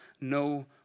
no